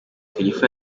khalifa